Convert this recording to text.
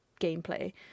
gameplay